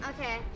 Okay